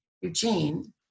Eugene